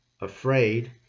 afraid